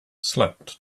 slept